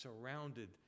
surrounded